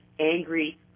angry